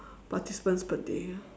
participants per day ya